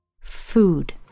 food